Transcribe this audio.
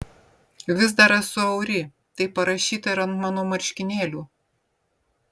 vis dar esu auri taip parašyta ir ant mano marškinėlių